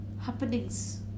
happenings